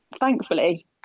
thankfully